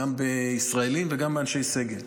גם ישראלים וגם אנשי סגל.